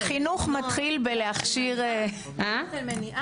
החינוך מתחיל להכשיר --- מניעה.